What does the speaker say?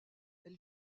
elle